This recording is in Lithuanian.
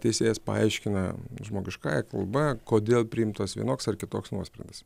teisėjas paaiškina žmogiškąja kalba kodėl priimtas vienoks ar kitoks nuosprendis